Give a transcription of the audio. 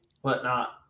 whatnot